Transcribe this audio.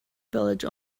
village